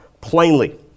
plainly